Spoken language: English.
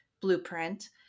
blueprint